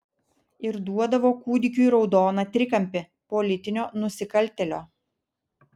ir duodavo kūdikiui raudoną trikampį politinio nusikaltėlio